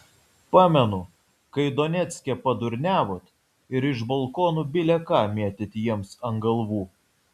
pamenu kai donecke padurniavot ir iš balkonų bile ką mėtėt jiems ant galvų